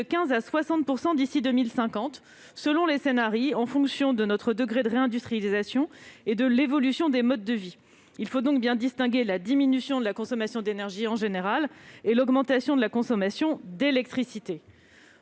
15 % à 60 % d'ici à 2050, selon les scenarii, en fonction de notre degré de réindustrialisation et de l'évolution des modes de vie. Il faut donc bien distinguer la diminution de la consommation d'énergie en général et l'augmentation de la consommation d'électricité.